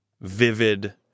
vivid